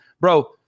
bro